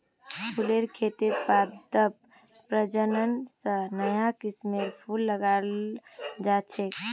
फुलेर खेतत पादप प्रजनन स नया किस्मेर फूल उगाल जा छेक